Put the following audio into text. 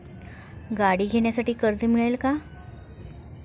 गाडी घेण्यासाठी कर्ज मिळेल का?